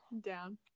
down